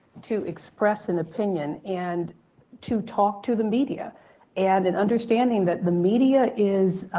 to express an opinion and to talk to the media and an understanding that the media is,